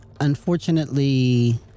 Unfortunately